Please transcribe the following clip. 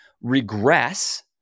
regress